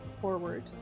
forward